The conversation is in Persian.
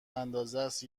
اندازست